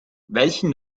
welchen